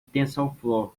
tensorflow